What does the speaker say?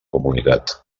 comunitat